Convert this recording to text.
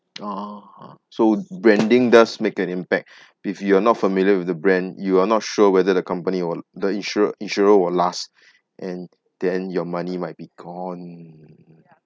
ah so branding does make an impact if you are not familiar with the brand you are not sure whether the company or the insurer insurer will last and then your money might be gone